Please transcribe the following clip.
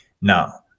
Now